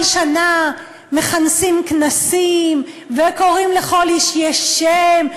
כל שנה מכנסים כנסים וקוראים "לכל איש יש שם",